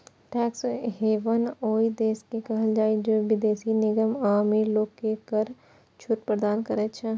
tax haven ओइ देश के कहल जाइ छै, जे विदेशी निगम आ अमीर लोग कें कर छूट प्रदान करै छै